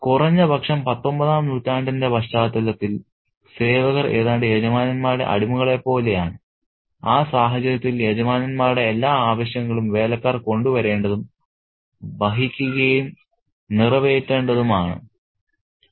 കുറഞ്ഞ പക്ഷം 19 ാം നൂറ്റാണ്ടിന്റെ പശ്ചാത്തലത്തിൽ സേവകർ ഏതാണ്ട് യജമാനന്മാരുടെ അടിമകളെപ്പോലെയാണ് ആ സാഹചര്യത്തിൽ യജമാനന്മാരുടെ എല്ലാ ആവശ്യങ്ങളും വേലക്കാർ കൊണ്ടുവരേണ്ടതും വഹിക്കുകയും നിറവേറ്റേണ്ടതും ആണ്